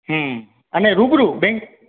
હમ અને રૂબરૂ બેન્ક